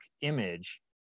image